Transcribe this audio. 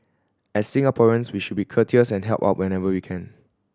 as Singaporeans we should be courteous and help out whenever we can